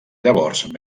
llavors